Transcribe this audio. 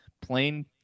plain